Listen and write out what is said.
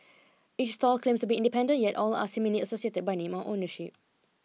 each stall claims to be independent yet all are seemingly associated by name or ownership